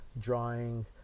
drawing